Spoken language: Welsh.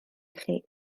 chi